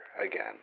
again